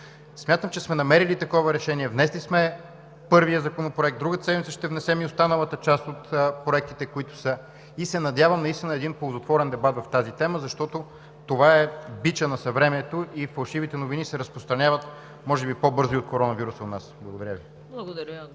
Смятам, че сме намерили такова решение, внесли сме първия законопроект, другата седмица ще внесем и останалата част от проектите и се надявам наистина на един ползотворен дебат по тази тема, защото това е бичът на съвремието и фалшивите новини се разпространяват може би по-бързо и от коронавируса у нас. Благодаря Ви. ПРЕДСЕДАТЕЛ